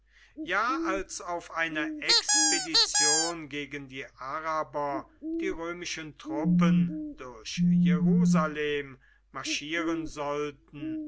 ja als auf einer expedition gegen die araber die römischen truppen durch jerusalem marschieren sollten